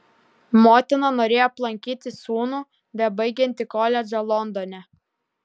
motina norėjo aplankyti sūnų bebaigiantį koledžą londone